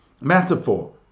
metaphor